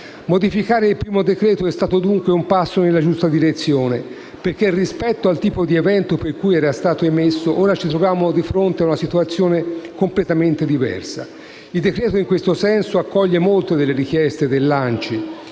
Modificare il primo decreto è stato, dunque, un passo nella giusta direzione, perché, rispetto al tipo di evento per cui era stato emesso, ora ci troviamo di fronte a una situazione completamente diversa. Il decreto, in questo senso, accoglie molte delle richieste